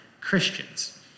Christians